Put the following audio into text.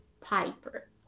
Piper